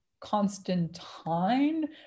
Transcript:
Constantine